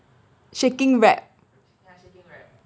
shaking rap